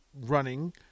running